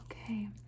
okay